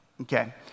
Okay